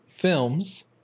films